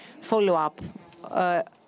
follow-up